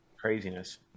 craziness